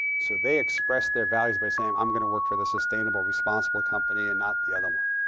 so they express their values by saying i'm going to work for the sustainable, responsible company and not the other one.